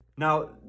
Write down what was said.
Now